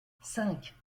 cinq